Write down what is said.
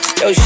yo